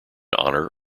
honor